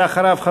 ואחריו,